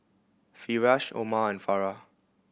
Firash Omar and Farah